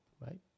right